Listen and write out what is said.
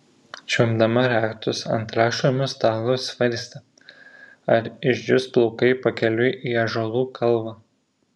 čiuopdama raktus ant rašomojo stalo svarstė ar išdžius plaukai pakeliui į ąžuolų kalvą